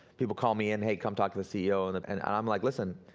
people call me in, hey come talk to this ceo and and and and i'm like listen,